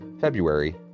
February